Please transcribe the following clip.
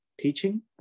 teaching